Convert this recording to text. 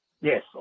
Yes